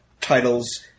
titles